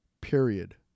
Period